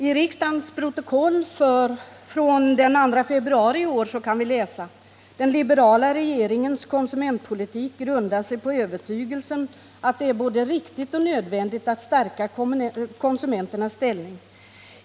I riksdagens protokoll från den 2 februari i år kan vi läsa följande uttalande av handelsminister Cars: ”Den liberala regeringens konsumentpolitik grundar sig på övertygelsen att det är både riktigt och nödvändigt att stärka konsumentens ställning.